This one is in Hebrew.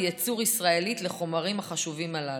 ייצור ישראלית של החומרים החשובים הללו.